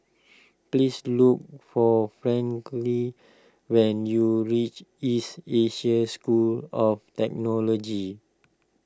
please look for Franklyn when you reach East Asia School of technology